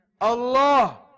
Allah